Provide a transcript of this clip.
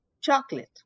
chocolate